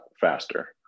faster